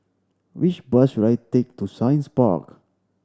which bus should I take to Science Park